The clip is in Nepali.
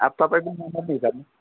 अब तपाईँको त हिसाबमा